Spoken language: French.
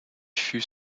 fut